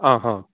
आं हां